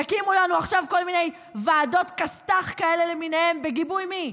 תקימו לנו עכשיו כל מיני ועדות כסת"ח למיניהן בגיבוי מי?